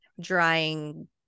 drying